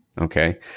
okay